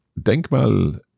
Denkmal